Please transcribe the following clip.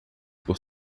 por